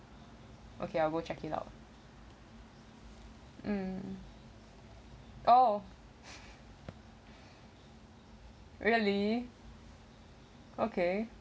okay I'll go check it out um oh really okay